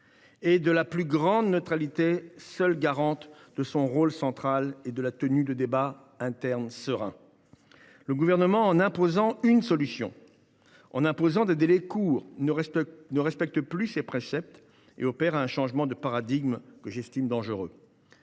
et de la plus grande neutralité, seules garantes de son rôle central et de la tenue de débats internes sereins. En imposant une solution, en imposant des délais courts, le Gouvernement ne respecte plus ces préceptes et opère un changement de paradigme que j’estime dangereux.